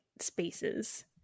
spaces